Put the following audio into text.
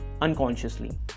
unconsciously